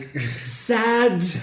sad